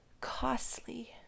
costly